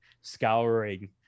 scouring